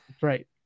Right